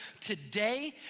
today